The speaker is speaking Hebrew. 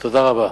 תודה רבה.